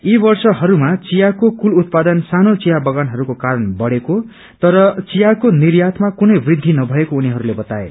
यी वर्षहरूमा चियाको कुल उत्पादन सानो चिया बगानहरूको कारण बढेको तर वियाको निर्यातमा कुनै वृद्धि नथएको उनीहरूले बताए